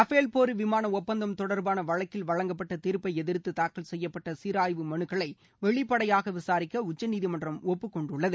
Rafale போர் விமான ஒப்பந்தம் தொடர்பான வழக்கில் வழங்கப்பட்ட தீர்ப்பை எதிர்த்து தாக்கல் செய்யப்பட்ட சீராய்வு மனுக்களை வெளிப்படையாக விசாரிக்க உச்சநீதிமன்றம் ஒப்புக்கொண்டுள்ளது